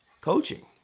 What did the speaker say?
Coaching